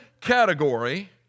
category